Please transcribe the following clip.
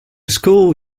school